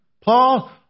Paul